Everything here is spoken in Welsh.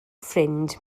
ffrind